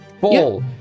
Ball